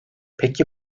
peki